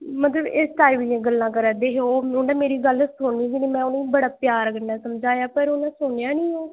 मगर इस टाईप दियां गल्लां करा दे हे ओह् उ'नें मेरी गल्ल सुनी गै निं में उ'नें ई बड़ा प्यार कन्नै समझाया पर उ'नें सुनेआ निं ओ